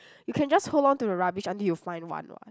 you can just hold onto the rubbish until you find one [what]